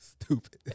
Stupid